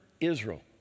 Israel